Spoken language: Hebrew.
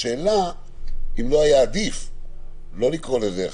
השאלה אם לא היה עדיף לא לקרוא לזה אחד,